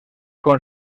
con